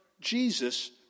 Jesus